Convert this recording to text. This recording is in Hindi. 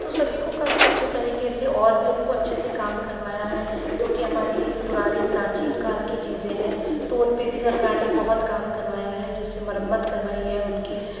तो सभी को काफ़ी अच्छे तरीके से और भी उनको अच्छे से काम करवाया है क्योंकि हमारी पुरानी प्राचीन काल की चीज़ें हैं तो उन पर भी सरकार ने बहुत काम करवाया है जैसे मरम्मत करवाई है उनकी